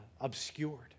obscured